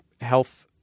health